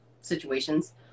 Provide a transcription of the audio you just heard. situations